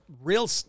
real